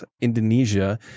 Indonesia